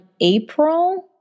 April